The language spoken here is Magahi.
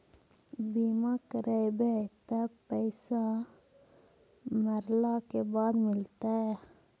बिमा करैबैय त पैसा मरला के बाद मिलता?